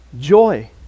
joy